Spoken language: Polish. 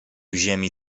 ziemi